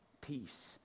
peace